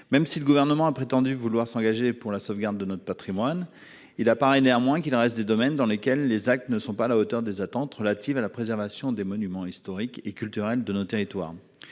Même si le gouvernement a prétendu vouloir s'engager pour la sauvegarde de notre Patrimoine. Il apparaît néanmoins qu'il reste des domaines dans lesquels les actes ne sont pas à la hauteur des attentes relatives à la préservation des monuments historiques et culturels de nos territoires.